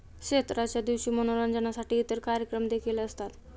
क्षेत्राच्या दिवशी मनोरंजनासाठी इतर कार्यक्रम देखील असतात